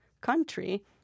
country